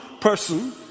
person